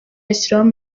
bashyiraho